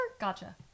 Gotcha